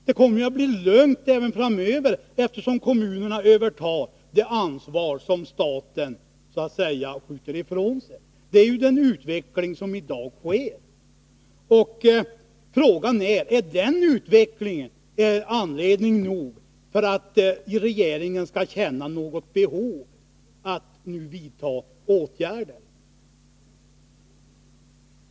Det kommer ju att bli lugnt även framöver, eftersom kommunerna tar över ansvaret som staten så att säga skjuter ifrån sig. Sådan är utvecklingen i dag. Men är det tillräckligt för att regeringen skall känna ett behov av att nu vidta åtgärder?